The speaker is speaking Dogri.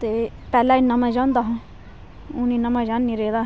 ते पैह्लें इन्ना मज़ा होंदा हा हून इन्ना मज़ा है नी रेह्दा